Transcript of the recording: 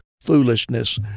foolishness